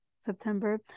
September